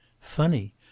Funny